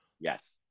Yes